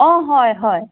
অঁ হয় হয়